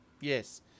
Yes